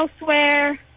elsewhere